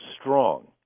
strong